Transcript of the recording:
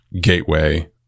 gateway